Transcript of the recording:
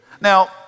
now